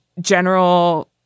general